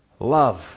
Love